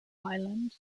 highland